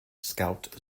scout